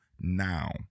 now